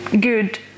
good